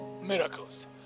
miracles